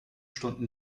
stunden